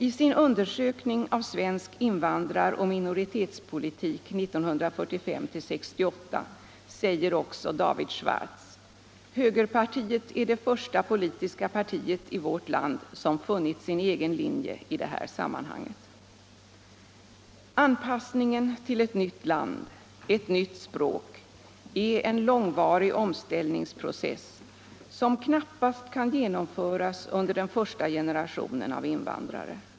I sin undersökning av svensk invandraroch minoritetspolitik 1945-1968 säger också David Schwartz: Högerpartiet är det första politiska partiet i vårt land som funnit sin egen linje i det här sammanhanget. Anpassningen till ett nytt land och ett nytt språk är en långvarig omställningsprocess, som knappast kan genomföras under den första generationen av invandrare.